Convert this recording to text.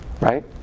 right